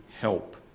help